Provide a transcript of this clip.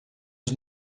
was